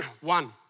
One